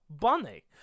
Bunny